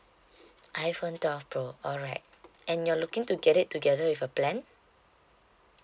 iphone twelve pro alright and you're looking to get it together with a plan